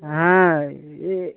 हाँ ये